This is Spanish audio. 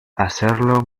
hacerlo